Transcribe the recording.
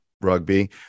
Rugby